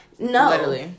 No